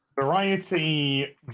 Variety